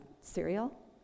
cereal